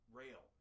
rail